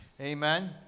Amen